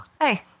hey